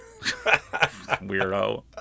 Weirdo